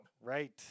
Right